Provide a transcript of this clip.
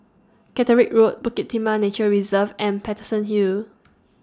Caterick Road Bukit Timah Nature Reserve and Paterson Hill